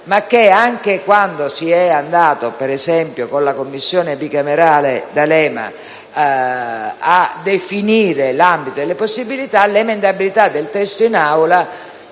materie. Inoltre, quando si è andati - per esempio - con la Commissione bicamerale D'Alema a definire l'ambito delle possibilità, l'emendabilità del testo in Aula